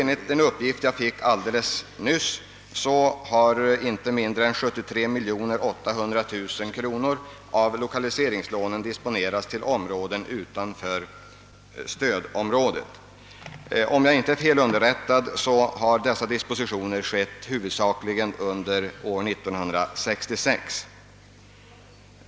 Enligt en uppgift, som jag fick aildeles nyss, har inte mindre än 73 800 000 kronor av lokaliseringslånen gått till områden utanför stödområdet. Om jag inte är fel underrättad har dessa dispositioner huvudsakligen gjorts under 1966.